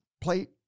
plate